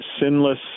sinless